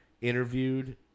interviewed